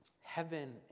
heaven